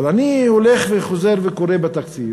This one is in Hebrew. אבל אני הולך וחוזר וקורא בתקציב,